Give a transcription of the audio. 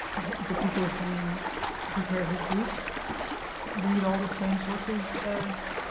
the people who prepared his briefs read all the same sources as